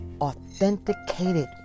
Authenticated